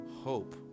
hope